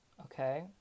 okay